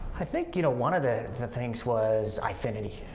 i think, you know, one of the things was eyefinity.